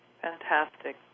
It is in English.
Fantastic